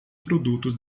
produtos